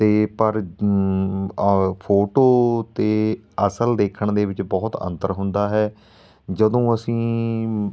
ਅਤੇ ਪਰ ਔ ਫੋਟੋ ਅਤੇ ਅਸਲ ਦੇਖਣ ਦੇ ਵਿੱਚ ਬਹੁਤ ਅੰਤਰ ਹੁੰਦਾ ਹੈ ਜਦੋਂ ਅਸੀਂ